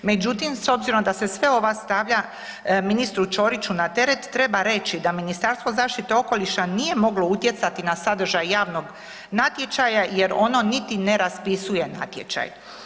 Međutim s obzirom da se sve ova stavlja ministru Ćoriću na teret treba reći da Ministarstvo zaštite okoliša nije moglo utjecati na sadržaj javnog natječaja jer ono niti ne raspisuje natječaj.